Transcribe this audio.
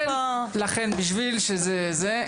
בשביל שזה זה,